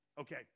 Okay